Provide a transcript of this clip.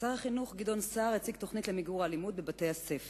שר החינוך גדעון סער הציג תוכנית למיגור האלימות בבתי-ספר.